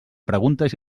preguntes